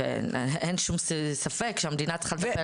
אין שום ספק שהמדינה צריכה לטפל בכול.